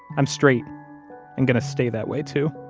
i'm straight and gonna stay that way, too